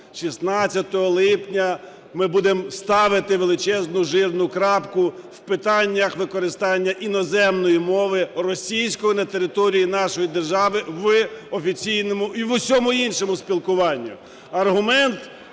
16 липня ми будемо ставити величезну жирну крапку в питаннях використання іноземної мови (російської) на території нашої держави в офіційному і в усьому іншому спілкуванні.